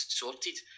sorted